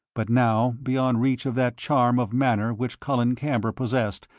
but now beyond reach of that charm of manner which colin camber possessed,